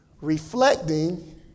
reflecting